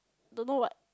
don't know what